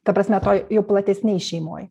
ta prasme toj jau platesnėj šeimoj